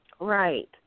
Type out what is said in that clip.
Right